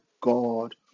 God